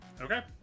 Okay